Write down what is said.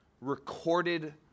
recorded